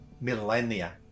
millennia